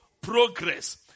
progress